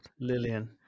Lillian